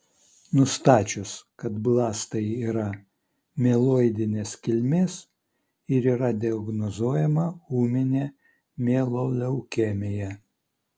nustačius kad blastai yra mieloidinės kilmės ir yra diagnozuojama ūminė mieloleukemija